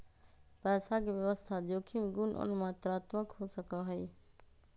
पैसा के व्यवस्था जोखिम गुण और मात्रात्मक हो सका हई